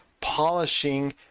polishing